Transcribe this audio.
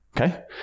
okay